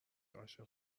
عاشق